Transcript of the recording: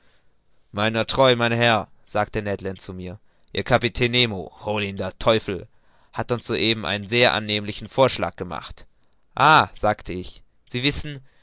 meiner treu mein herr sagte ned land zu mir ihr kapitän nemo hol ihn der teufel hat uns soeben einen sehr annehmlichen vorschlag gemacht ah sagt ich sie wissen